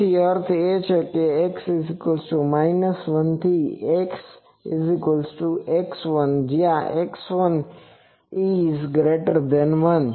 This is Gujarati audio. તેથી અર્થ એ થાય કે x 1 થી xx1 જ્યાં x11